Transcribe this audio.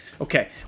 Okay